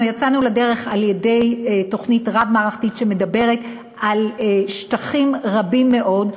אנחנו יצאנו לדרך בתוכנית רב-מערכתית שמדברת על שטחים רבים מאוד,